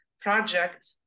Project